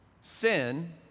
Sin